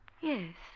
Yes